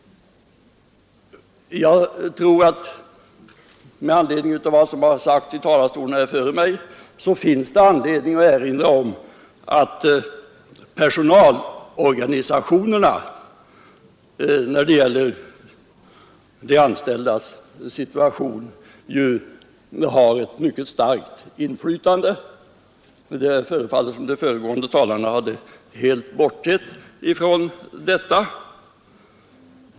Med anledning av vad som sagts av dem som varit uppe i talarstolen före mig kan det finnas anledning att erinra om att personalorganisationerna när det gäller de anställdas situation har ett mycket stort inflytande — det förefaller som om de föregående talarna helt bortsett från detta.